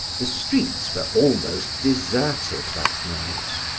the streets were almost deserted that night.